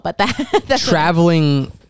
traveling